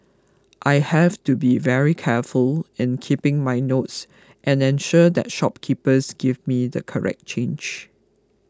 I have to be very careful in keeping my notes and ensure that shopkeepers give me the correct change